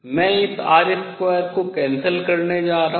मैं इस r2 को रद्द करने जा रहा हूँ